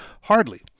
Hardly